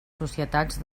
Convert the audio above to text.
societats